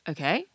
Okay